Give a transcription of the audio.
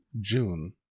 June